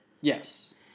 yes